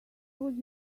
was